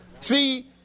See